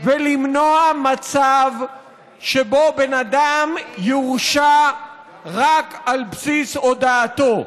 ולמנוע מצב שבו בן אדם יורשע רק על בסיס הודאתו.